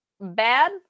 bad